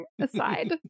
aside